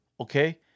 okay